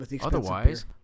Otherwise